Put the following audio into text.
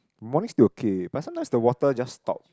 morning still okay but sometimes the water just stops